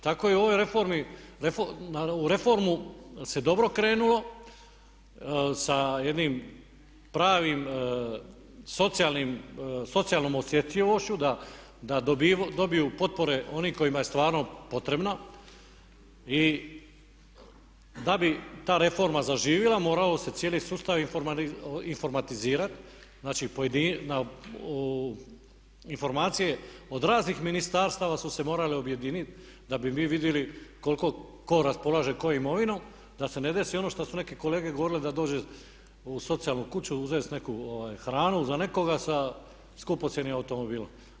Tako i u ovoj reformi, u reformu se dobro krenulo sa jednim pravim socijalnom osjetljivošću da dobiju potpore oni kojima je stvarno potrebna i da bi ta reforma zaživila morao se cijeli sustav informatizirani, znači informacije od raznih ministarstava su se morale objediniti da bi mi vidili koliko tko raspolaže kojom imovinom da se ne desi ono što su neke kolege govorile da dođu u socijalnu kuću, uzet neku hranu za nekoga sa skupocjenim automobilom.